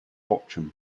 bochum